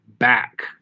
back